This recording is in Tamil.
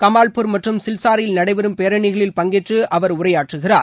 கமால்பூர் மற்றும் சில்சாரில் நடைபெறும் பேரணிகளில் பங்கேற்ற அவர் உரையாற்றுகிறார்